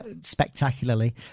spectacularly